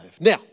Now